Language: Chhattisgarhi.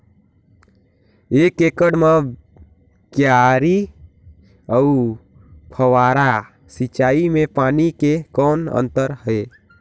एक एकड़ म क्यारी अउ फव्वारा सिंचाई मे पानी के कौन अंतर हे?